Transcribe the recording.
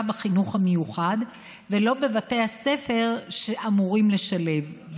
בחינוך המיוחד ולא בבתי הספר שאמורים לשלב.